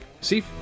see